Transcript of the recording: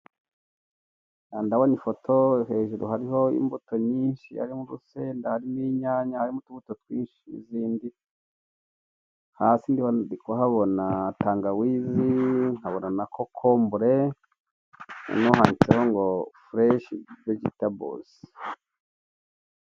Aha ndabona ifoto, hejuru hariho imbuto nyinshi, harimo urusenda, harimo inyanya, harimo utubuto twinshi, n'izindi, hasi na none ndi kuhabona tangawizi, nkabona na kokombure, hanyuma handitseho ngo fureshi vejetabozi.